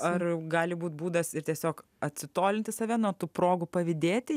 ar gali būti būdas ir tiesiog atsitolinti save nuo tų progų pavydėti